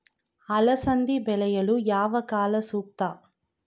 ಅಲಸಂದಿ ಬೆಳೆಯಲು ಯಾವ ಕಾಲ ಸೂಕ್ತ?